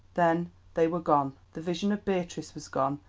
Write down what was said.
then they were gone, the vision of beatrice was gone,